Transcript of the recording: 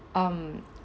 um